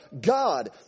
God